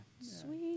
Sweet